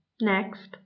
Next